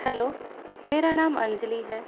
hello میرا نام انجلی ہے